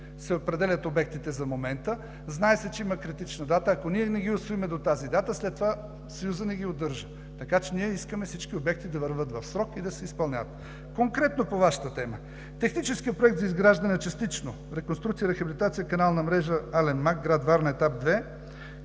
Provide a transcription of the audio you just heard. се определят обектите за момента, знае се, че има критична дата. Ако ние не ги усвоим до тази дата, след това Съюзът ни ги удържа, така че ние искаме всички обекти да вървят в срок и да се изпълняват. Конкретно по Вашата тема. Техническият проект за изграждане на частична реконструкция и рехабилитация на канална мрежа „Ален мак“, гр. Варна, Етап 2